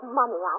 money